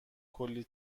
کلّی